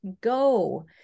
go